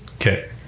Okay